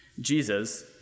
Jesus